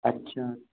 अच्छा